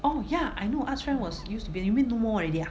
oh ya I know Art Friend was used to be you mean no more already ah